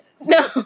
No